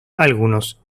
algunos